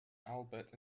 albert